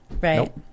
Right